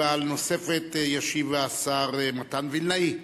ועל הנוספת ישיב השר מתן וילנאי.